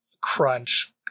crunch